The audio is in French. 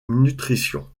nutrition